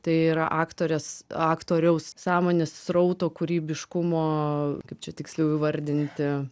tai yra aktorės aktoriaus sąmonės srauto kūrybiškumo kaip čia tiksliau įvardinti